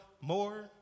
more